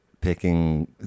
picking